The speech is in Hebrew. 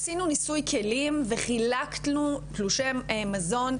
עשינו ניסוי כלים וחילקנו תלושי מזון,